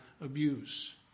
abuse